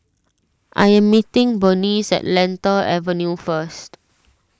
I am meeting Bernice at Lentor Avenue first